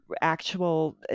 actual